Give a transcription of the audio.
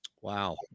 Wow